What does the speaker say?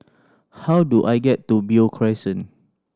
how do I get to Beo Crescent